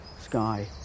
sky